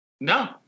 No